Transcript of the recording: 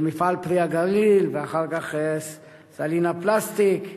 של מפעל "פרי הגליל" ואחר כך "סלינה" פלסטיק,